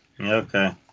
Okay